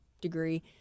degree